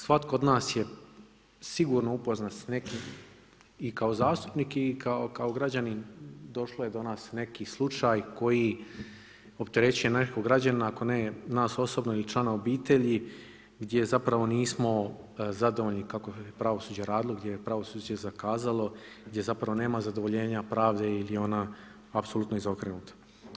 Svatko od nas je sigurno upoznat sa nekim i kao zastupnik i kao građanin došlo je do nas neki slučaj koji opterećuje nekog građanina, ako ne nas osobno ili člana obitelji gdje zapravo nismo zadovoljni kako je pravosuđe radilo, gdje je pravosuđe zakazalo gdje zapravo nema zadovoljenja pravde ili je ona apsolutno izokrenuta.